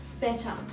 better